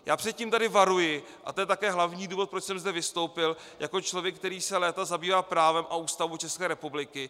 Já před tím tady varuji, a to je také hlavní důvod, proč jsem zde vystoupil jako člověk, který se léta zabývá právem a Ústavou České republiky.